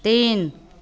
तीन